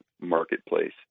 marketplace